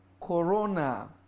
corona